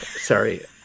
sorry